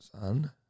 son